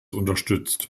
unterstützt